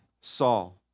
Saul